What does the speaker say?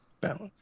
Balance